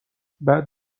بعد